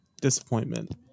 disappointment